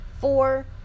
four